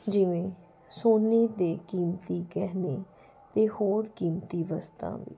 ਜਿਵੇਂ ਸੋਨੇ ਦੇ ਕੀਮਤੀ ਗਹਿਣੇ ਹੋਰ ਕੀਮਤੀ ਵਸਤਾਂ ਵੀ